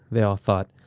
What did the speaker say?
they all thought,